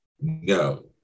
No